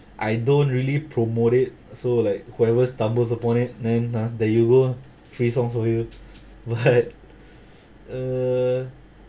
I don't really promote it so like whoever stumbles upon it then uh there you go lah free songs for you what uh